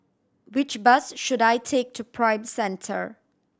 which bus should I take to Prime Centre